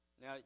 Now